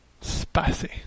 Spicy